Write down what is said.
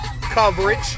coverage